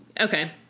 okay